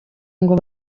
ngo